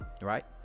right